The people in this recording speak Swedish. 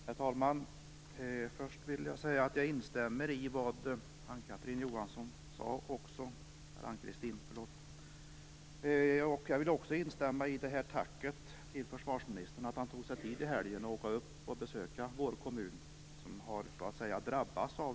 Herr talman! Först vill jag säga att jag instämmer i vad Ann-Kristin Johansson sade. Jag vill också instämma i tacket till försvarsministern för att han i helgen tog sig tid att åka upp och besöka vår kommun, som har drabbats.